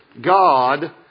God